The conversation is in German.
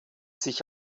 sich